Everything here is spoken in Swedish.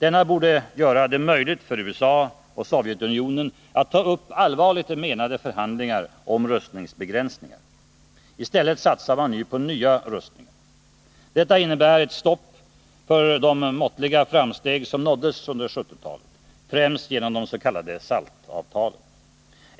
Denna borde göra det möjligt för USA och Sovjetunionen att ta upp allvarligt menade förhandlingar om rustningsbegränsningar. I stället satsar man nu på nya rustningar. Detta innebär ett stopp för de måttliga framsteg som nåddes under 1970-talet, främst genom de s.k. SALT-avtalen.